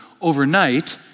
overnight